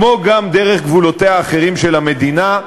וגם דרך גבולותיה האחרים של המדינה,